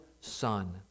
son